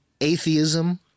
atheism